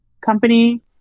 company